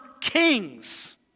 kings